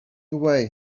away